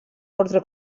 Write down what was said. orde